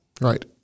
right